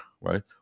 right